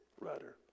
rudder